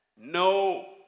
no